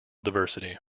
diversity